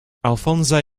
alphonse